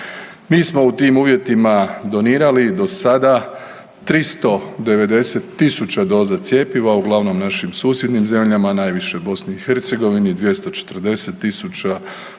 Mi smo u tim uvjetima donirali do sada 390.000 doza cjepiva, uglavnom našim susjednim zemljama, najviše BiH, 240.000, Crnoj